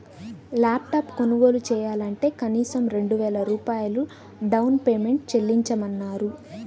lap top కొనుగోలు చెయ్యాలంటే కనీసం రెండు వేల రూపాయలు డౌన్ పేమెంట్ చెల్లించమన్నారు